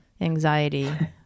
anxiety